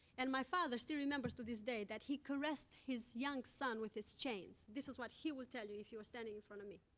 and my father still remembers to this day that he caressed his young son with his chains this is what he will tell you if he were standing in front of me.